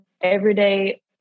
everyday